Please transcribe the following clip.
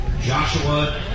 Joshua